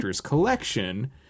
collection